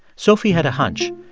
sophie had a hunch.